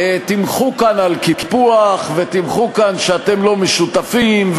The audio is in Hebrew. תמחו כאן על קיפוח ותמחו כאן שאתם לא שותפים,